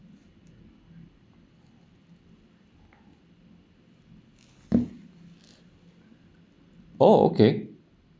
oh okay